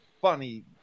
funny